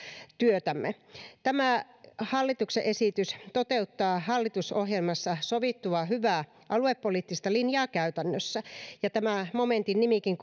työtämme tämä hallituksen esitys toteuttaa hallitusohjelmassa sovittua hyvää aluepoliittista linjaa käytännössä ja tämä momentin nimikin